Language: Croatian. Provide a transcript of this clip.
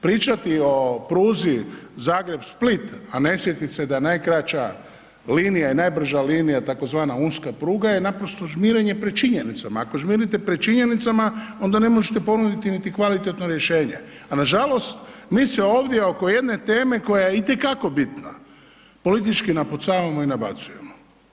Pričati o pruzi Zagreb-Split, a ne sjetit se da je najkraća linija i najbrža linija tzv. Unska pruga je naprosto žmirenje pred činjenicama, ako žmirite pred činjenicama, onda ne možete ponuditi niti kvalitetno rješenje, a nažalost mi se ovdje oko jedne teme koja je itekako bitna, politički napucavamo i nabacujemo.